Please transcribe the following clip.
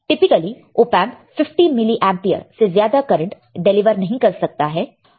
typically op amp 50 milliampere से ज्यादा current deliver नहीं कर सकता है